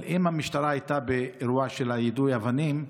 אבל אם המשטרה הייתה באירוע של יידוי אבנים,